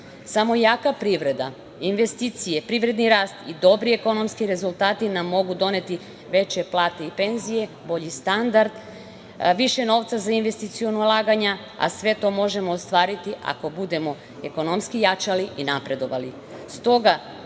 Samo jaka privreda, investicije, privredni rast i dobri ekonomski rezultati nam mogu doneti veće plate i penzije, bolji standard, više novca za investiciona ulaganja, a sve to možemo ostvariti ako budemo ekonomski jačali i napredovali. Stoga